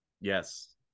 Yes